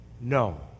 no